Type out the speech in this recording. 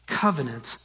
covenant